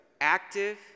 active